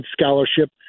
scholarship